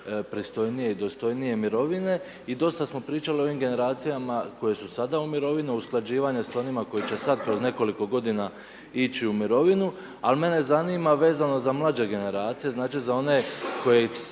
pristojnije i dostojnije mirovine. I dosta smo pričali o ovim generacijama koje su sada u mirovini, usklađivanje s onima koji će sada kroz nekoliko g. ići u mirovinu, ali mene zanima vezano za mlađe generacije, znači za one, koje